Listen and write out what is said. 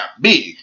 big